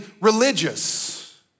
religious